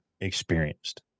experienced